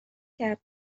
کرد